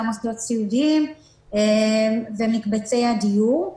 גם מוסדות סיעודיים במקבצי הדיור.